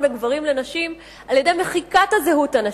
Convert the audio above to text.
בין גברים לנשים על-ידי מחיקת הזהות הנשית,